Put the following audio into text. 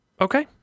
Okay